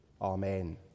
amen